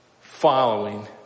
Following